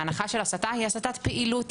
ההנחה של ההסטה היא הסטת פעילות.